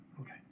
Okay